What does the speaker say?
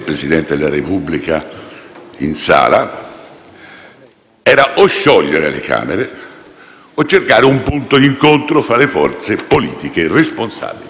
erano: o sciogliere le Camere o cercare un punto d'incontro tra le forze politiche responsabili. Ebbene, c'è stato